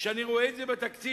כשאני רואה את זה בתקציב,